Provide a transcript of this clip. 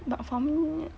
but for me